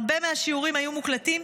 הרבה מהשיעורים היו מוקלטים,